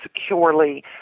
securely